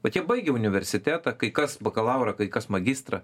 vat jie baigė universitetą kai kas bakalaurą kai kas magistrą